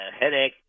headache